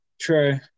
True